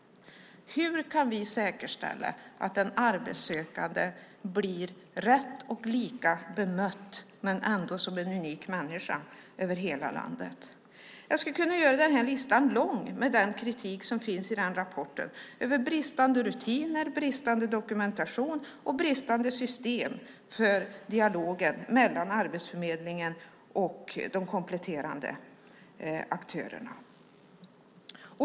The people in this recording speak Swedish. Hur kan vi säkerställa att den arbetssökande blir rätt och lika bemött men ändå som en unik människa över hela landet? Jag skulle kunna göra listan lång över den kritik som finns i rapporten. Det handlar om bristande rutiner, bristande dokumentation och bristande system för dialogen mellan Arbetsförmedlingen och de kompletterande aktörerna.